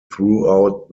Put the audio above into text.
throughout